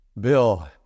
Bill